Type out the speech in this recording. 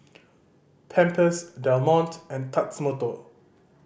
Pampers Del Monte and Tatsumoto